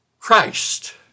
Christ